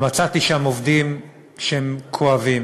מצאתי שם עובדים שהם כואבים